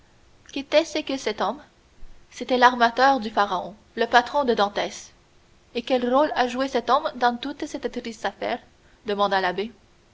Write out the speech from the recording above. qu'était-ce que cet homme c'était l'armateur du pharaon le patron de dantès et quel rôle a joué cet homme dans toute cette triste affaire demanda l'abbé